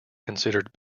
considered